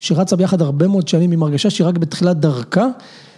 שרצה ביחד הרבה מאוד שנים עם הרגשה שהיא רק בתחילת דרכה.